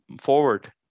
forward